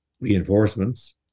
Reinforcements